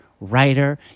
writer